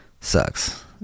sucks